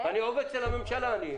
אני עובד אצל הממשלה?